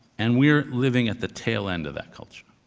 and we're living at the tail end of that culture.